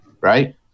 Right